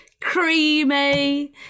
creamy